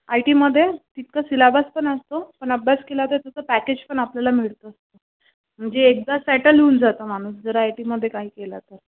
I टीमध्ये तितकं syllabus पण असतो पण अभ्यास केला तर तितकं पॅकेज पण आपल्याला मिळतं जे एकदा सेटल होऊन जातं माणूस जर आय टीमध्ये काही केलं तर